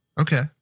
Okay